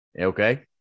Okay